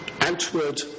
Outward